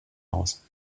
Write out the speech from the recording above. aus